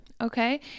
Okay